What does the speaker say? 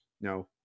no